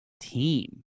team